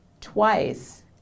twice